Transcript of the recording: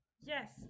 Yes